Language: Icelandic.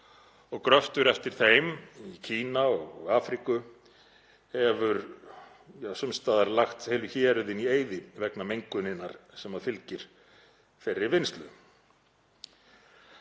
og gröftur eftir þeim í Kína og Afríku hefur sums staðar lagt heilu héruðin í eyði vegna mengunarinnar sem fylgir þeirri vinnslu.